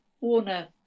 Warner